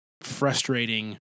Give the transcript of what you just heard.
frustrating